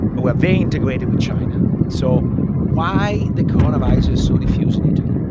but we're very integrated with china so why the coronavirus is so diffused in italy.